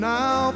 now